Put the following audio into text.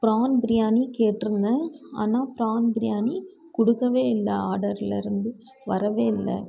பிரான் பிரியாணி கேட்டிருந்தேன் ஆனால் பிரான் பிரியாணி கொடுக்கவே இல்லை ஆர்டரில் இருந்து வரவே இல்லை